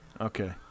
Okay